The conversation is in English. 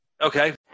Okay